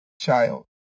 child